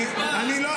אני לא,